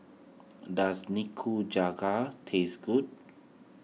does Nikujaga taste good